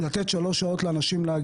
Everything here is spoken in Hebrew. לתת לאנשים שלוש שעות להגיע,